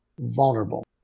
vulnerable